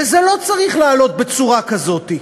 וזה לא צריך לעלות בצורה כזאת.